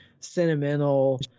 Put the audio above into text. Sentimental